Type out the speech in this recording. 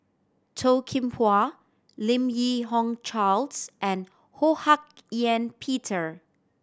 Toh Kim Hwa Lim Yi Hong Charles and Ho Hak Ean Peter